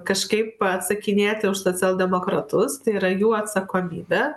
kažkaip atsakinėti už socialdemokratus tai yra jų atsakomybė